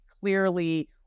clearly